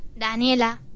Daniela